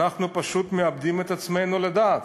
אנחנו פשוט מאבדים את עצמנו לדעת.